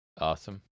Awesome